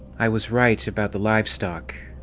i was right about the livestock.